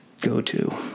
go-to